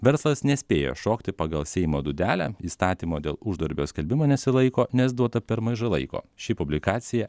verslas nespėja šokti pagal seimo dūdelę įstatymo dėl uždarbio skelbimo nesilaiko nes duota per mažai laiko ši publikacija